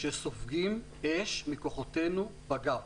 שסופגים אש מכוחותינו בגב.